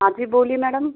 हाँ जी बोलिये मैडम